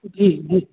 जी जी